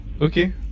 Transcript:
Okay